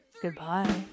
Goodbye